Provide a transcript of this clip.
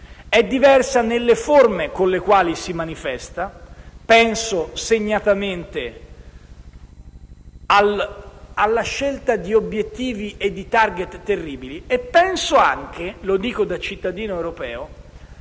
È diversa nelle forme con le quali si manifesta. Penso segnatamente alla scelta di obiettivi e di *target* terribili. Penso anche - lo dico da cittadino europeo